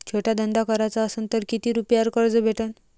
छोटा धंदा कराचा असन तर किती रुप्यावर कर्ज भेटन?